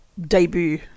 debut